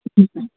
ٹھیک ہے